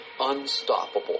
unstoppable